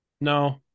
no